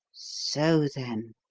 so, then,